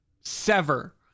Sever